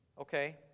Okay